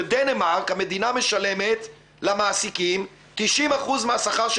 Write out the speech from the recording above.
בדנמרק המדינה משלמת למעסיקים 90% מהשכר של